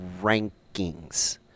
rankings